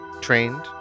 trained